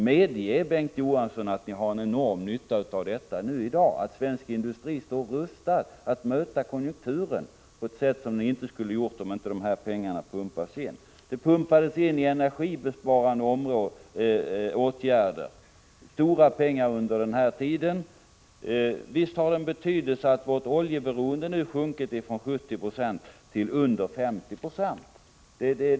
Medge, Bengt Johansson, att ni har en enorm nytta i dag av att svensk industri står rustad att möta konjunkturer på ett sätt som den inte skulle ha gjort om inte dessa pengar hade pumpats in. Stora pengar pumpades in i energisparåtgärder under den här tiden. Visst har det betydelse att vårt oljeberoende nu sjunkit från 70 2 till under 50 20.